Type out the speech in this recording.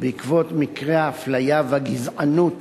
בעקבות מקרי האפליה והגזענות